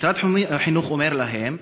משרד החינוך אומר להם: